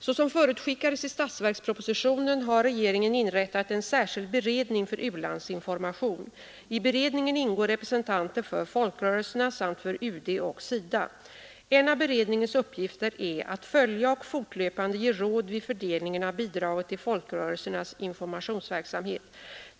Såsom förutskickades i statsverkspropositionen har regeringen inrättat en särskild beredning för u-landsinformation. I beredningen ingår representanter för folkrörelserna samt för UD och SIDA. En av beredningens uppgifter är att följa och fortlöpande ge råd vid fördelningen av bidraget till folkrörelsernas informationsverksamhet.